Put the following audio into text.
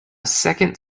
second